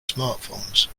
smartphones